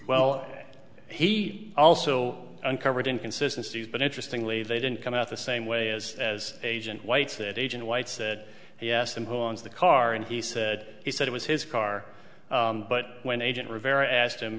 well he also uncovered inconsistency is but interestingly they didn't come out the same way as as agent whites that agent white said he asked them who owns the car and he said he said it was his car but when agent rivera asked him